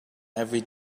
every